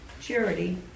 charity